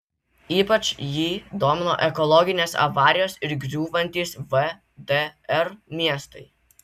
ypač jį domino ekologinės avarijos ir griūvantys vdr miestai